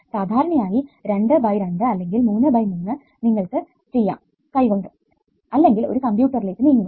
സാധാരണയായി 2 2 അല്ലെങ്കിൽ 3 3 നിങ്ങൾക്ക് ചെയ്യാം കൈകൊണ്ട് അല്ലെങ്കിൽ ഒരു കമ്പ്യൂട്ടറിലേക്ക് നീങ്ങുക